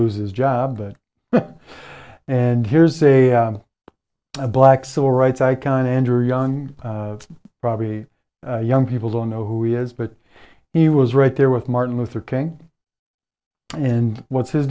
lose his job it and here's a black civil rights icon andrew young probably young people don't know who he is but he was right there with martin luther king and what's his